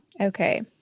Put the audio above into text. okay